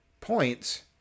points